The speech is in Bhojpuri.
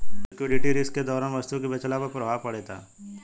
लिक्विडिटी रिस्क के दौरान वस्तु के बेचला पर प्रभाव पड़ेता